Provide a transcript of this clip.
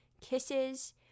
kisses